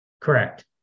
Correct